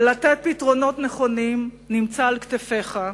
ולתת פתרונות נכונים נמצאת על כתפיך,